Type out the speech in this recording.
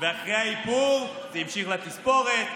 אחרי האיפור זה המשיך לתספורת,